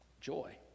Joy